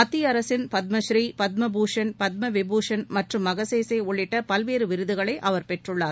மத்திய அரசின் பத்மநீ பத்ம பூஷன் பத்ம விபூஷன் மற்றும் மகசேசே உள்ளிட்ட பல்வேறு விருதுகளை அவர் பெற்றள்ளார்